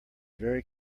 very